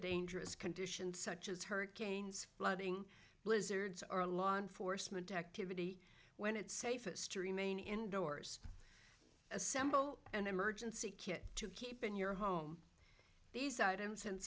dangerous conditions such as hurricanes flooding blizzards are law enforcement activity when it's safest to remain indoors assemble an emergency kit to keep in your home these items and